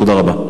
תודה רבה.